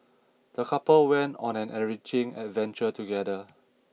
the couple went on an enriching adventure together